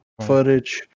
footage